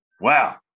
wow